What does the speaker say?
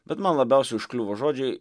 bet man labiausiai užkliuvo žodžiai